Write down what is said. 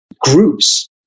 Groups